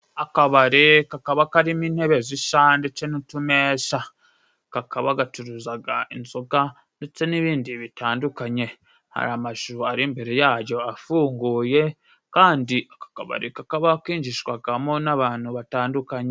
Akabari kakaba karimo intebe zisa ndetse n'utumeza , kakaba gacuruzaga inzoga ndetse n'ibindi bitandukanye hari amazu ari imbere yayo afunguye, kandi aka kabari kakaba kinjizwagamo n'abantu batandukanye.